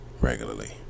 regularly